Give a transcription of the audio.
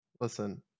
Listen